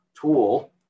tool